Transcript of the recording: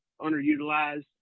underutilized